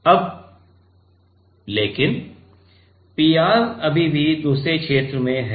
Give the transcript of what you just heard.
अब लेकिन पीआर अभी भी दूसरे क्षेत्र में है